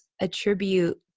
attribute